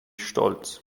stolz